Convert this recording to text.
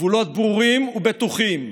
גבולות ברורים ובטוחים?